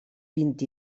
vint